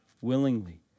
willingly